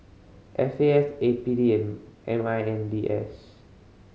F A S A P D and M I N D S